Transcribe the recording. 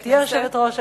שתהיי יושבת-ראש הכנסת.